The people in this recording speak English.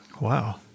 Wow